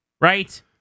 right